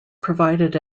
provided